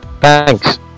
thanks